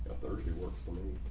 thursday works for me.